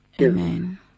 Amen